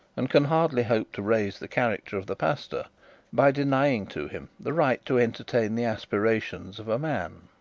and can hardly hope to raise the character of the pastor by denying to him the right to entertain the aspirations of a man.